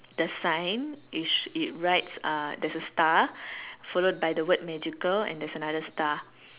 the sign is it writes uh there's a star followed by the word magical and there's another star